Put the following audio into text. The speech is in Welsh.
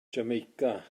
jamaica